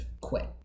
quit